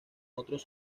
otros